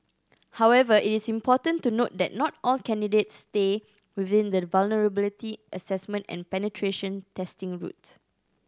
however it is important to note that not all candidates stay within the vulnerability assessment and penetration testing route